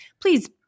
Please